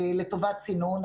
לטובת צינון.